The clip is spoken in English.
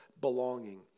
belonging